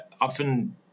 often